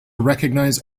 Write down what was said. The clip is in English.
recognize